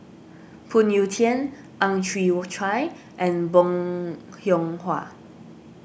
Phoon Yew Tien Ang Chwee Chai and Bong Hiong Hwa